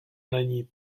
není